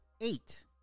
eight